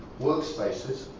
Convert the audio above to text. workspaces